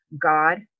God